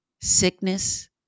sickness